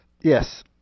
Yes